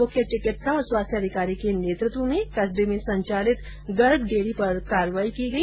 मुख्य चिकित्सा और स्वास्थ्य अधिकारी के नेतृत्व में कस्बे में संचालित गर्ग डेयरी पर कार्रवाई की गई